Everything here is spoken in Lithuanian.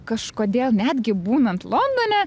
kažkodėl netgi būnant londone